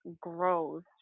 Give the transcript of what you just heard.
grows